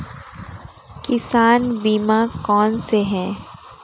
किसान बीमा कौनसे हैं?